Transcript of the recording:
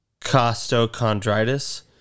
costochondritis